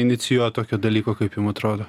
inicijuo tokio dalyko kaip jums atrodo